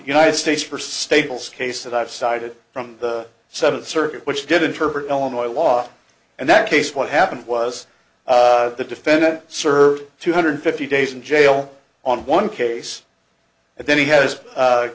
united states for stables case that i've cited from the seventh circuit which did interpret illinois law and that case what happened was the defendant served two hundred fifty days in jail on one case and then he has